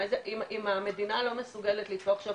אם המדינה לא מסוגלת למצוא עכשיו